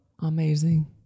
Amazing